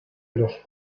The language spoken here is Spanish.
los